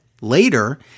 later